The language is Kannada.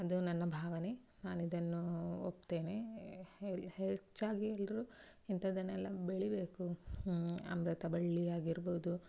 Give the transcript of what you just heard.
ಅದು ನನ್ನ ಭಾವನೆ ನಾನು ಇದನ್ನು ಒಪ್ತೇನೆ ಹೆಚ್ಚಾಗಿ ಎಲ್ಲರೂ ಇಂಥದ್ದನ್ನೆಲ್ಲ ಬೆಳಿಬೇಕು ಅಮೃತಬಳ್ಳಿಯಾಗಿರ್ಬೋದು